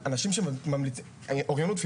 אוריינות פיננסית,